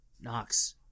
Knox